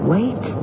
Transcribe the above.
Wait